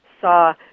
saw